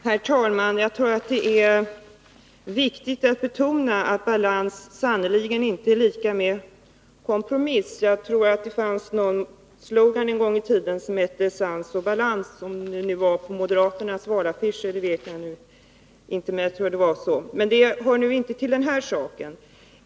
Herr talman! Jag tror det är viktigt att betona att balans sannerligen inte är lika med kompromiss. Det fanns en gång i tiden en slogan om sans och balans —- jag tror att den förekom på moderaternas valaffischer. Men det hör inte till den här saken.